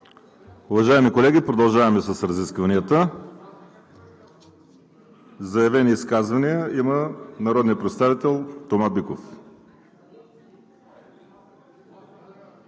Уважаеми колеги, продължаваме с разискванията. Заявено изказване има народният представител Тома Биков.